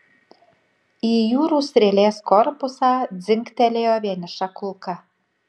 į jūrų strėlės korpusą dzingtelėjo vieniša kulka